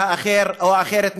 או אחרת,